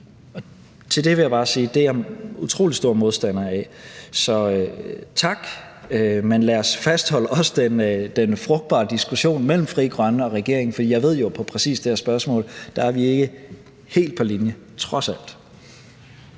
til det vil jeg bare sige, at det er jeg utrolig stor modstander af. Så tak. Men lad os også fastholde den frugtbare diskussion mellem Frie Grønne og regeringen, for jeg ved jo, at præcis hvad angår det her spørgsmål, er vi trods alt ikke helt på linje med